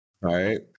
right